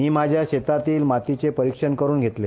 मी माझ्या शेतातील मातीचे परीक्षण करून घेतले